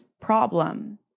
problem